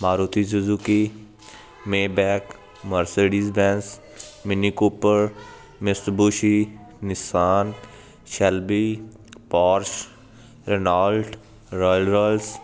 Maruti Suzuki Maybach Mercedes Benz Mini Cooper Mitsubishi Nissan Shelby Porsche Renault Rolls royals